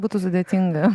būtų sudėtinga